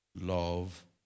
love